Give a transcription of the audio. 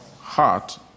Heart